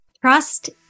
Trust